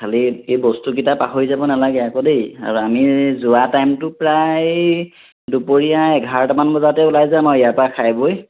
খালি এই বস্তুকেইটা পাহৰি যাব নালাগে আকৌ দেই আমি যোৱা টাইমটো প্ৰায় দুপৰীয়া এঘাৰটামান বজাতে ওলাই যাম আৰু ইয়াৰ পৰা খাই বৈ